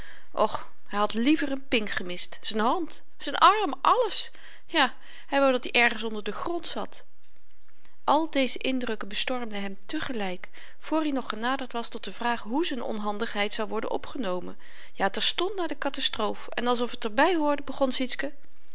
och hy had liever n pink gemist z'n hand z'n arm alles ja hy wou dat-i ergens onder den grond zat al deze indrukken bestormden hem te gelyk voor i nog genaderd was tot de vraag hoe z'n onhandigheid zou worden opgenomen ja terstond na de katastroof en alsof t er by behoorde begon sietske